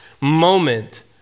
moment